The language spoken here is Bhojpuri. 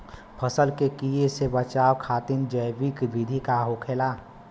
फसल के कियेसे बचाव खातिन जैविक विधि का होखेला?